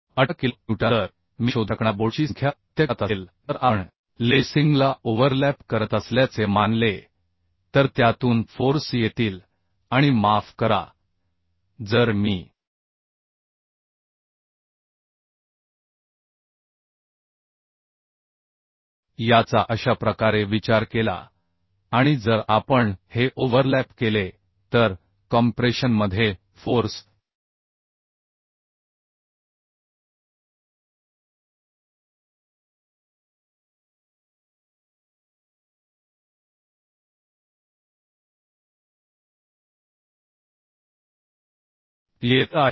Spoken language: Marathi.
18 किलो न्यूटन तर मी शोधू शकणार्या बोल्टची संख्या प्रत्यक्षात असेल जर आपण लेसिंगला ओव्हरलॅप करत असल्याचे मानले तर त्यातून फोर्स येतील आणि माफ करा जर मी याचा अशा प्रकारे विचार केला आणि जर आपण हे ओव्हरलॅप केले तर कॉम्प्रेशनमध्ये फोर्स येत आहे